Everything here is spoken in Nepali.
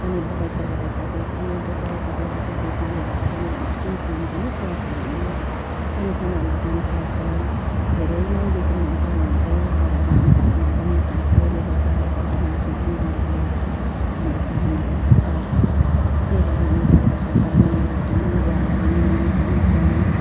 अनि बगैँचा बगैँचा बेच्छौँ त्यो बगैँचा बगैँचा बेच्नाले गर्दाखेरि केही काम पनि सर्छ हामीलाई सानो सानो हाम्रो काम सर्छ धेरैमा बिक्री हुन्छ हुनु चाहिँ तर अब हामी घरमा पनि खाएकोले गर्दा यता उता बाँड्चुँड पनि गरेकोले गर्दा हाम्रो कामहरू सर्छ त्यही भएर हामी गाई बाख्रा पाल्ने गर्छौँ गुवालाई पनि मल चाहिन्छ